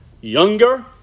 Younger